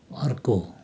अर्को